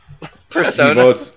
persona